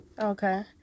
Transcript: Okay